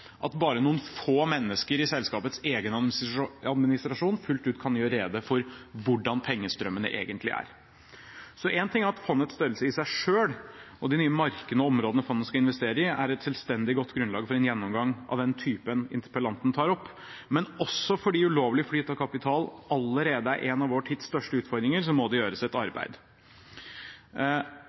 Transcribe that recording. at bare noen få mennesker i selskapets egen administrasjon fullt ut kan gjøre rede for hvordan pengestrømmene egentlig er. Så én ting er at fondets størrelse i seg selv og de nye markedene og områdene fondet skal investere i, er et selvstendig godt grunnlag for en gjennomgang av den typen interpellanten tar opp. Men også fordi ulovlig flyt av kapital allerede er en av vår tids største utfordringer, må det gjøres et